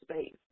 space